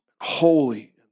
holy